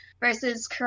Versus